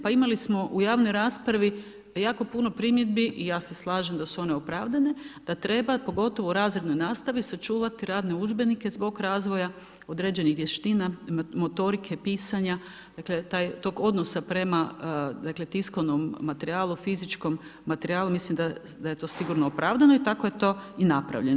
Pa imali smo u javnoj raspravi jako puno primjedbi i ja se slažem da su one opravdane da treba pogotovo u razrednoj nastavi sačuvati radne udžbenike zbog razvoja određenih vještina, motorike pisanja, dakle tog odnosa prema, dakle tiskanom materijalu, fizičkom materijalu, mislim da je to sigurno opravdano i tako je to i napravljeno.